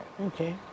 okay